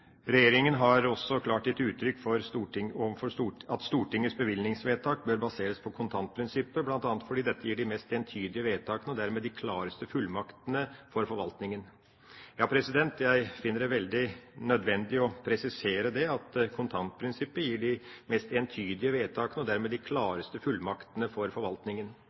Regjeringen har også klart uttrykt at Stortingets bevilgningsvedtak bør baseres på kontantprinsippet bl.a. fordi dette gir de mest entydige vedtakene og dermed de klareste fullmaktene for forvaltningen». Jeg finner det veldig nødvendig å presisere dette, at kontantprinsippet gir de mest entydige vedtakene og dermed de klareste fullmaktene for forvaltningen.